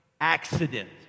accident